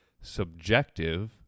subjective